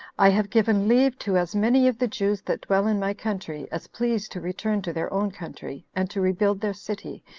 i have given leave to as many of the jews that dwell in my country as please to return to their own country, and to rebuild their city,